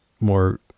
more